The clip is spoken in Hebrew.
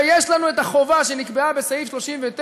ויש לנו את החובה שנקבעה בסעיף 39: